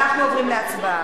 אנחנו עוברים להצבעה.